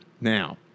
Now